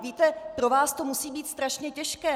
Víte, pro vás to musí být strašně těžké.